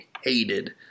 hated –